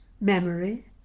Memory